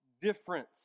difference